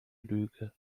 lüge